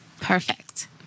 Perfect